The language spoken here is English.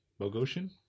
Bogosian